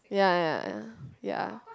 yeah yeah yeah yeah yeah